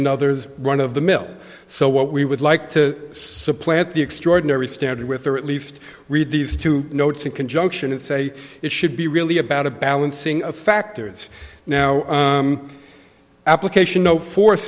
another one of the mill so what we would like to supplant the extraordinary standard with or at least read these two notes in conjunction of say it should be really about a balancing a factor it's now application no fo